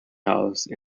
house